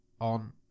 on